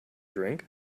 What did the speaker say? drink